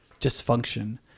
dysfunction